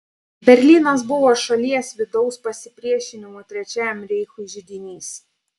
berlynas buvo šalies vidaus pasipriešinimo trečiajam reichui židinys